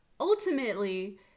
ultimately